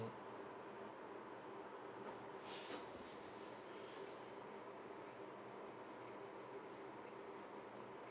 mm